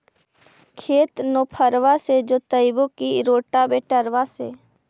खेत नौफरबा से जोतइबै की रोटावेटर से?